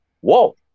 whoa